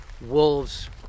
wolves